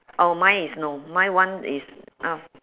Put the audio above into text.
oh mine is no my one is uh